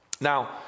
Now